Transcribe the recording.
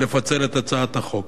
לפצל את הצעת החוק,